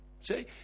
See